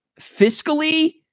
fiscally